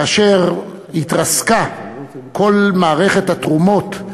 כאשר התרסקה כל מערכת התרומות,